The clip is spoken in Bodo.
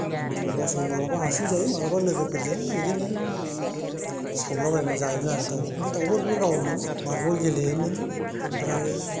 बिदिनो मब्लाबा हारसिं जायो माब्लाबा लोगोफोरजों बिदिनो सावलाबायना जायोमोन आरो दाउखौबो दाउफोरखौबो गावोमोन मारबल गेलेयोमोन ओमफ्राय